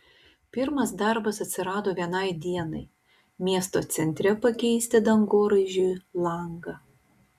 pirmas darbas atsirado vienai dienai miesto centre pakeisti dangoraižiui langą